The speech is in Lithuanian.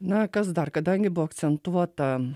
na kas dar kadangi buvo akcentuota